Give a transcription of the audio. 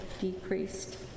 decreased